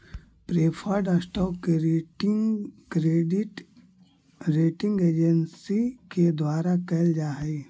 preferred stock के rating credit rating agency के द्वारा कैल जा हइ